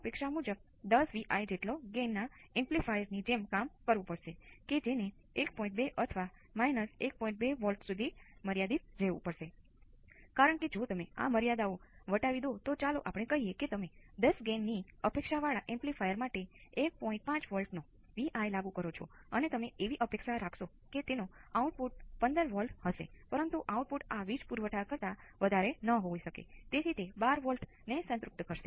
આપણે હજુ પણ સામાન્ય સ્વરૂપનો ઉપયોગ કરી શકીએ છીએ જે ઇન્ફિનિટી લાગુ કરવામાં આવે છે અને સમજવા માટે તે એક મહત્વપૂર્ણ વસ્તુ છે